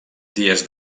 dies